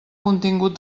contingut